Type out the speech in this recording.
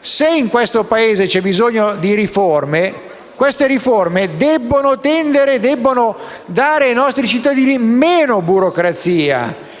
Se in questo Paese c'è bisogno di riforme, esse devono tendere a dare ai nostri cittadini meno burocrazia,